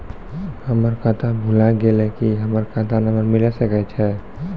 हमर खाता भुला गेलै, की हमर खाता नंबर मिले सकय छै?